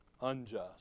unjust